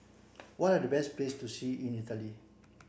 what are the best places to see in Italy